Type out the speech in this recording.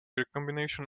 recombination